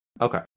okay